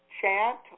chant